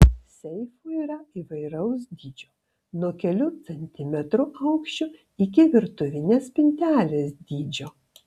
seifų yra įvairaus dydžio nuo kelių centimetrų aukščio iki virtuvinės spintelės dydžio